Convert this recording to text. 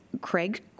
Craig